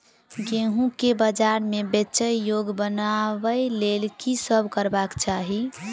गेंहूँ केँ बजार मे बेचै योग्य बनाबय लेल की सब करबाक चाहि?